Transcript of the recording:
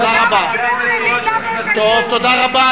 למה יש, טוב, תודה רבה.